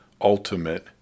ultimate